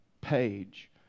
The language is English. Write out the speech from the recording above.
page